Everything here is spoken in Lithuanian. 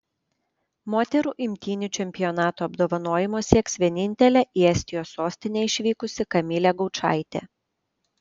moterų imtynių čempionato apdovanojimo sieks vienintelė į estijos sostinę išvykusi kamilė gaučaitė